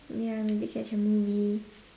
oh ya maybe catch a movie